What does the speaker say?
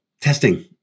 testing